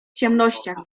ciemnościach